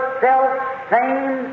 self-same